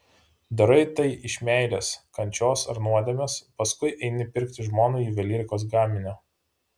darai tai iš meilės kančios ar nuodėmės paskui eini pirkti žmonai juvelyrikos gaminio